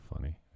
funny